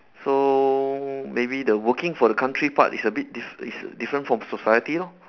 so maybe the working for the country part is a bit diff~ is different from the society lor